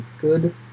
good